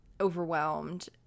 overwhelmed